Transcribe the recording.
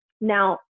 Now